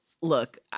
look